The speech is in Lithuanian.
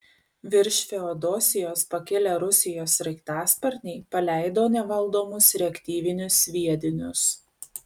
virš feodosijos pakilę rusijos sraigtasparniai paleido nevaldomus reaktyvinius sviedinius